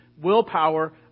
willpower